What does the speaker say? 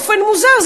באופן מוזר,